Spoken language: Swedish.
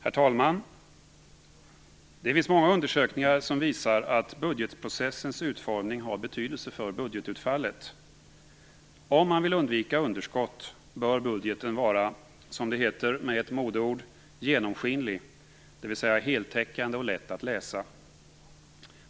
Herr talman! Det finns många undersökningar som visar att budgetprocessens utformning har betydelse för budgetutfallet. Om man vill undvika underskott bör budgeten vara, som det heter med ett modeord, genomskinlig, dvs. heltäckande och lätt att läsa.